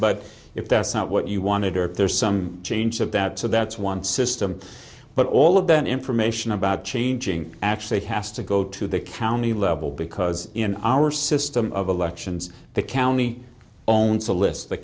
but if that's not what you wanted or if there's some change of that so that's one system but all of that information about changing actually has to go to the county level because in our system of elections the county owns a list the